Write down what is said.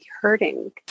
hurting